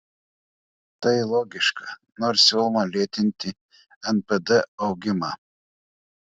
tai logiška nors siūloma lėtinti npd augimą